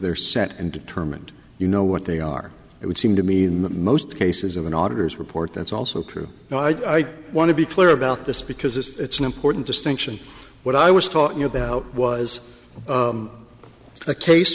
they're set and determined you know what they are it would seem to me in most cases of an auditor's report that's also true but i want to be clear about this because it's an important distinction what i was talking about was a case